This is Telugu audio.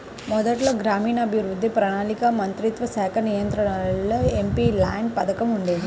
మొదట్లో గ్రామీణాభివృద్ధి, ప్రణాళికా మంత్రిత్వశాఖ నియంత్రణలో ఎంపీల్యాడ్స్ పథకం ఉండేది